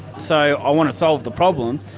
so i want to solve the problem.